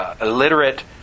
illiterate